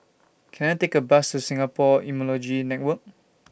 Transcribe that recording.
Can I Take A Bus to Singapore Immunology Network